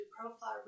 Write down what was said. profile